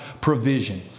provision